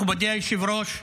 מכובדי היושב-ראש.